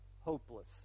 hopeless